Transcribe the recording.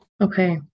Okay